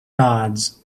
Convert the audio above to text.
gods